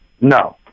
No